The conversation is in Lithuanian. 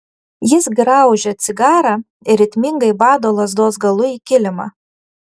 jis graužia cigarą ir ritmingai bado lazdos galu į kilimą